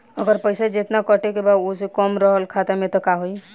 अगर पैसा जेतना कटे के बा ओसे कम रहल खाता मे त का होई?